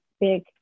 big